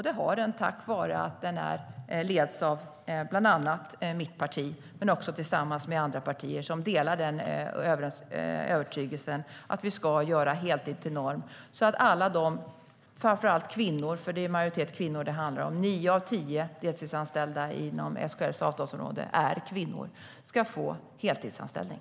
Det har den tack vare att den består av bland annat mitt parti men också av andra partier som delar övertygelsen om att vi ska göra heltid till norm. Detta ska vi göra för att framför allt kvinnor - en majoritet är nämligen kvinnor; nio av tio deltidsanställda inom SKL:s avtalsområde är kvinnor - ska få heltidsanställning.